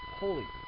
holy